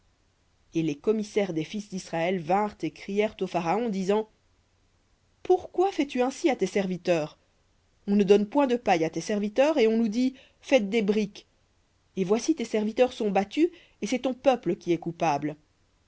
et les commissaires des fils d'israël vinrent et crièrent au pharaon disant pourquoi fais-tu ainsi à tes serviteurs on ne donne point de paille à tes serviteurs et on nous dit faites des briques et voici tes serviteurs sont battus et c'est ton peuple qui est coupable